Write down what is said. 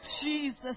Jesus